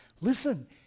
Listen